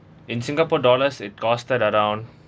in singapore dollars it costed around